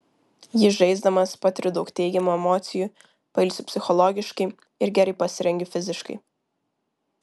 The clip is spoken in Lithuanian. jį žaisdamas patiriu daug teigiamų emocijų pailsiu psichologiškai ir gerai pasirengiu fiziškai